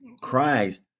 Christ